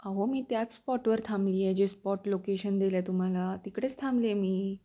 हो मी त्याच स्पॉटवर थांबली आहे जे स्पॉट लोकेशन दिलं आहे तुम्हाला तिकडेच थांबले मी